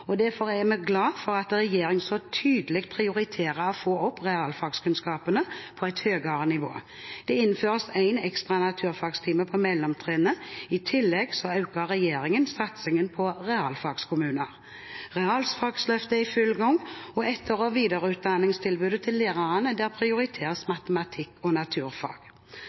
og derfor er vi glade for at regjeringen så tydelig prioriterer å få realfagskunnskapene opp på et høyere nivå. Det innføres én ekstra naturfagtime på mellomtrinnet, i tillegg øker regjeringen satsingen på realfagskommuner. Realfagsløftet er i full gang, og i etter- og videreutdanningstilbudet til lærerne prioriteres matematikk og naturfag.